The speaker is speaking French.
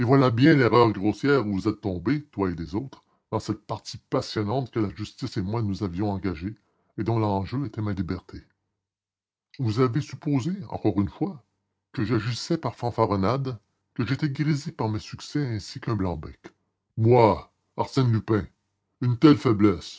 voilà bien l'erreur grossière où vous êtes tombés vous et les autres dans cette partie passionnante que la justice et moi nous avions engagée et dont l'enjeu était ma liberté vous avez supposé encore une fois que j'agissais par fanfaronnade que j'étais grisé par mes succès ainsi qu'un blanc-bec moi arsène lupin une telle faiblesse